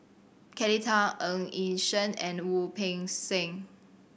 Kelly Tang Ng Yi Sheng and Wu Peng Seng